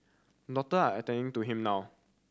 doctor are attending to him now